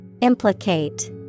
Implicate